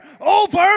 over